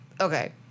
Okay